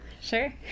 Sure